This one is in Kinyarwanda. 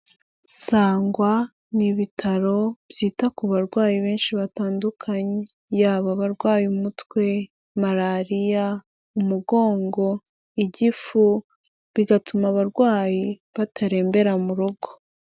Sangwa, ni ibitaro byita ku barwayi benshi batandukanye. Yaba abarwaye umutwe, malariya, umugongo, igifu, bigatuma abarwayi batarembera mu rugo.